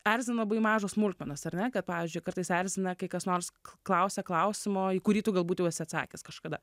erzina labai mažos smulkmenos ar ne kad pavyzdžiui kartais erzina kai kas nors klausia klausimo į kurį tu galbūt jau esi atsakęs kažkada